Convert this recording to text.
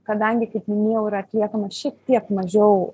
kadangi kaip minėjau yra atliekama šiek tiek mažiau